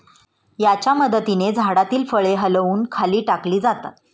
याच्या मदतीने झाडातील फळे हलवून खाली टाकली जातात